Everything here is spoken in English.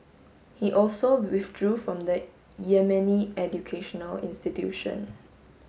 he also withdrew from the Yemeni educational institution